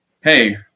Hey